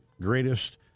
greatest